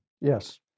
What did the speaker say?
Yes